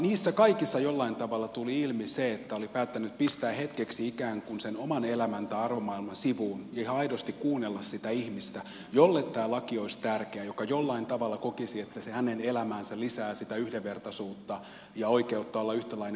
niissä kaikissa jollain tavalla tuli ilmi se että oli päättänyt pistää hetkeksi ikään kuin sen oman elämän tai arvomaailmansa sivuun ja ihan aidosti kuunnella sitä ihmistä jolle tämä laki olisi tärkeä joka jollain tavalla kokisi että se hänen elämäänsä lisää yhdenvertaisuutta ja oikeutta olla yhtäläinen osa tätä yhteiskuntaa